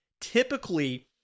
Typically